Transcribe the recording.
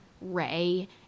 Ray